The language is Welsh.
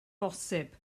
bosib